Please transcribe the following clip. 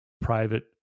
private